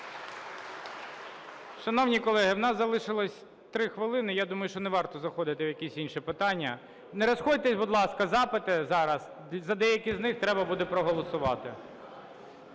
Шановні колеги, у нас залишилося 3 хвилини, я думаю, що не варто заходити в якісь інші питання. Не розходьтеся, будь ласка, запити зараз, за деякі з них треба буде проголосувати.